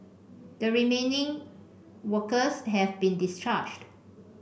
the remaining workers have been discharged